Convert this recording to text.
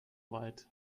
weit